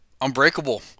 Unbreakable